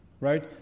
Right